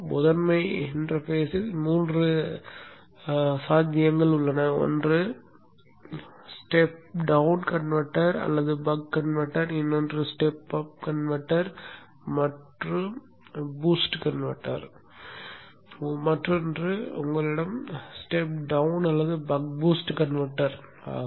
முதன்மை இடவியலிலேயே மூன்று சாத்தியங்கள் உள்ளன ஒன்று ஸ்டெப் டவுன் கன்வெர்ட்டர் அல்லது பக் கன்வெர்ட்டர் இன்னொன்று ஸ்டெப் அப் கன்வெர்ட்டர் அல்லது பூஸ்ட் கன்வெர்ட்டர் மற்றொன்று உங்களிடம் ஸ்டெப் டவுன் அல்லது பக் பூஸ்ட் கன்வெர்ட்டர் உள்ளது